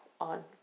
on